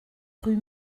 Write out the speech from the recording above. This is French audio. rue